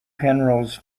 penrose